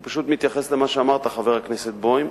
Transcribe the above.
אני פשוט מתייחס למה שאמרת, חבר הכנסת בוים,